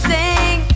Sing